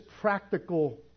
practical